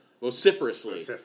vociferously